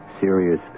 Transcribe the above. serious